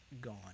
gone